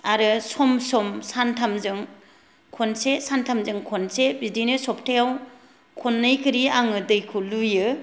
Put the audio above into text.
आरो सम सम सानथामजों खनसे सानथामजों खनसे बिदिनो सप्ताहयाव खननै खरि आङो दैखौ लुयो